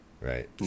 Right